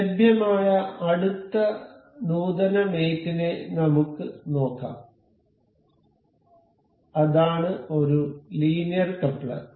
ലഭ്യമായ അടുത്ത നൂതന മേറ്റ് നെ നമുക്ക് നോക്കാം അതാണ് ഒരു ലീനിയർ കപ്ലർ